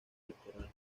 pectoral